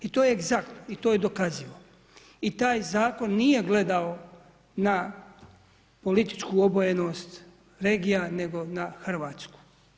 I to je ekszakt i to je dokazivo i taj zakon nije gledao na političku obojenost regija, nego na Hrvatsku.